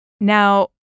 Now